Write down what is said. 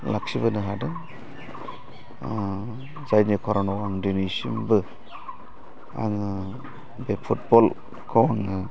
लाखिबोनो हादों जायनि खारनाव आं दिनैसिमबो आङो बे फुटबलखौ आङो